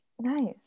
nice